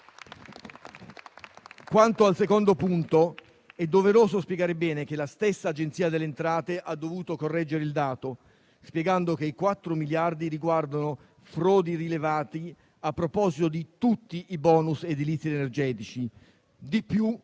Quanto al secondo punto, è doveroso spiegare bene che la stessa Agenzia delle entrate ha dovuto correggere il dato, spiegando che i 4 miliardi riguardano frodi rilevate a proposito di tutti i bonus edilizi ed energetici. Di più, quei 4